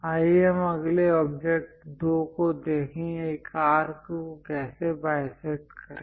आइए हम अगले ऑब्जेक्ट 2 को देखें एक आर्क को कैसे बाईसेक्ट करें